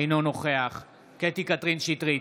אינו נוכח קטי קטרין שטרית,